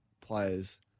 players